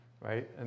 right